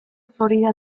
florida